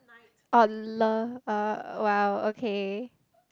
oh love uh !wow! okay